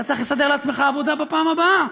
אתה צריך לסדר לעצמך עבודה בפעם הבאה,